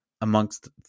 amongst